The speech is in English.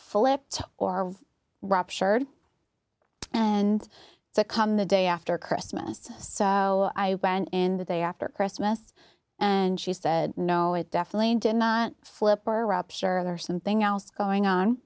flipped or ruptured and it's a come the day after christmas so i went in the day after christmas and she said no it definitely did not flip or rupture or something else going on